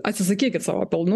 atsisakykit savo pelnų